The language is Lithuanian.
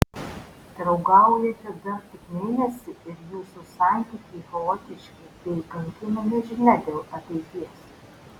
draugaujate dar tik mėnesį ir jūsų santykiai chaotiški bei kankina nežinia dėl ateities